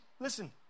Listen